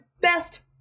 best